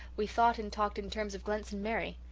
we thought and talked in terms of glen st. mary.